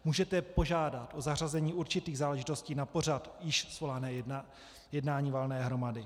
Můžete požádat o zařazení určitých záležitostí na pořad již svolané valné hromady.